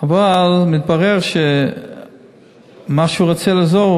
אבל מתברר שמה שהוא רוצה לעזור,